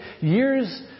years